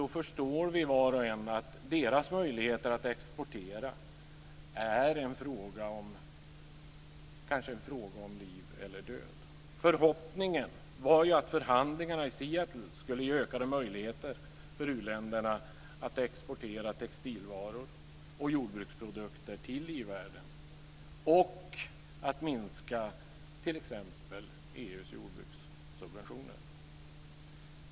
Då förstår vi var och en att deras möjligheter att exportera kanske är en fråga om liv eller död. Förhoppningen var att förhandlingarna i Seattle skulle ge ökade möjligheter för u-länderna att exportera textilvaror och jordbruksprodukter till i-världen och att minska t.ex. EU:s jordbrukssubventioner.